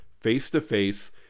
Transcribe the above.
face-to-face